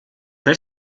per